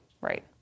Right